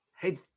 Hey